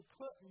put